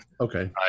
Okay